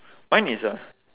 mine is a